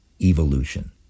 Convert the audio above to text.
evolution